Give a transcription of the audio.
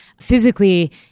Physically